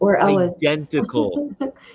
identical